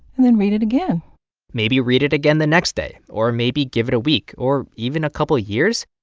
and then read it again maybe read it again the next day. or maybe give it a week or even a couple years?